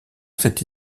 cette